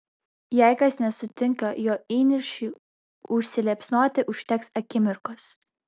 jei kas nesutinka jo įniršiui užsiliepsnoti užteks akimirkos